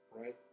Right